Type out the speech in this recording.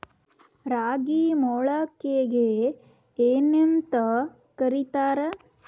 ರಾಗಿ ಮೊಳಕೆಗೆ ಏನ್ಯಾಂತ ಕರಿತಾರ?